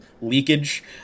leakage